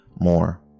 more